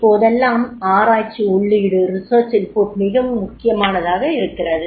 இப்போதெல்லாம் ஆராய்ச்சி உள்ளீடு மிகவும் முக்கியமானதாகிறது